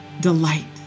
delight